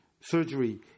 surgery